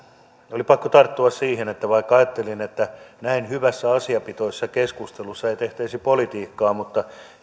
oli pakko tarttua siihen vaikka ajattelin että näin hyvässä asiapitoisessa keskustelussa ei tehtäisi politiikkaa mutta